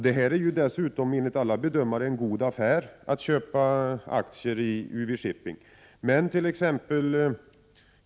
Det är dessutom, enligt alla bedömare, en god affär att köpa aktier i UV 95 Shipping.